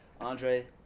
Andre